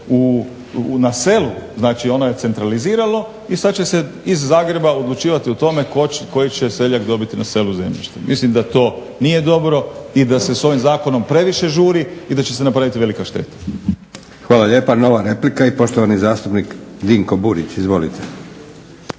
na selu, znači ona je centraliziralo i sad će se iz Zagreba odlučivati o tome koji će seljak dobiti na selu zemljište. Mislim da to nije dobro i da se s ovim zakonom previše žuri i da će se napraviti velika šteta. **Leko, Josip (SDP)** Hvala lijepa. Nova replika i poštovani zastupnik Dinko Burić. Izvolite.